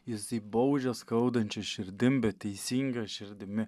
jisai baudžia skaudančia širdim bet teisinga širdimi